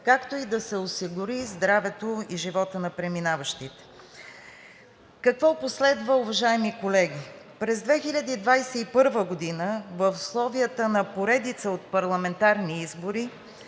както и да се осигури здравето и животът на преминаващите. Какво последва, уважаеми колеги? През 2021 г. в условията на поредица от парламентарни избори,